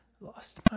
Lost